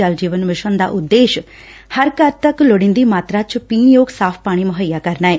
ਜਲ ਜੀਵਨ ਮਿਸ਼ਨ ਦਾ ਉਦੇਸ਼ ਹਰ ਘਰ ਤੱਕ ਲੋੜੀਦੀ ਮਾਤਰਾ ਚ ਪੀਣ ਯੋਗ ਸਾਵ ਪਾਣੀ ਮੁਹੱਈਆ ਕਰਨਾ ਏ